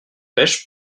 pêche